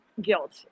guilt